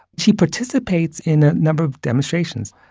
she participates in a number of demonstrations.